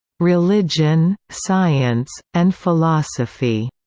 religion, science, and philosophy,